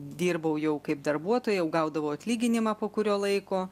dirbau jau kaip darbuotoja jau gaudavau atlyginimą po kurio laiko